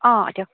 অঁ দিয়ক